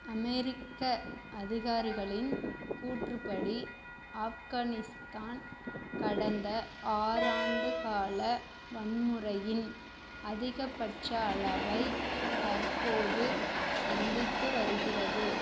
அமெரிக்க அதிகாரிகளின் கூற்றுப்படி ஆப்கானிஸ்தான் கடந்த ஆறு ஆண்டு கால வன்முறையின் அதிகபட்ச அளவை தற்போது சந்தித்து வருகிறது